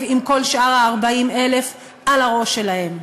עם כל שאר ה-40,000 על הראש שלהם.